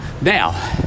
Now